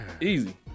easy